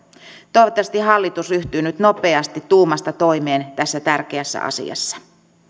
toivottavasti hallitus ryhtyy nyt nopeasti tuumasta toimeen tässä tärkeässä asiassa